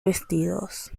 vestidos